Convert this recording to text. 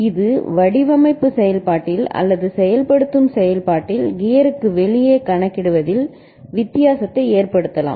இது வடிவமைப்பு செயல்பாட்டில் அல்லது செயல்படுத்தும் செயல்பாட்டில் கியருக்கு வெளியே கணக்கிடுவதில் வித்தியாசத்தை ஏற்படுத்தலாம்